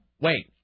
wait